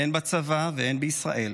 הן בצבא והן בישראל,